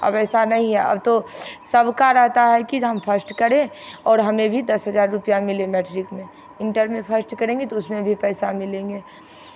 अब ऐसा नहीं है अब तो सबका रहता है कि हम फर्स्ट करें और हमें भी दस हज़ार रुपैया मिले मैट्रिक में इंटर में फर्स्ट करेंगे तो उसमें भी पैसा मिलेंगे